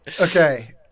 Okay